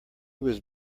was